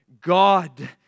God